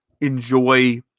enjoy